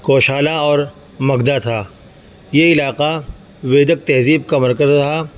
کوشالا اور مگدھا تھا یہ علاقہ ویدک تہذیب کا مرکز رہا